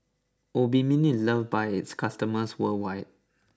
Obimin is loved by its customers worldwide